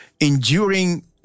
enduring